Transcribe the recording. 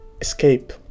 escape